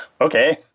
okay